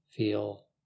Feel